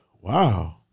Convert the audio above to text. wow